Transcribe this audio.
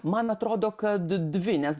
man atrodo kad dvi nes